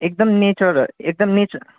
एकदम नेचर एकदम नेच